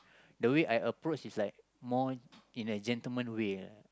the way I approach is like more in a gentlemen way ah